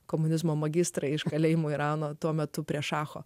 komunizmo magistrą iš kalėjimo irano tuo metu prie šacho